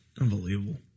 Unbelievable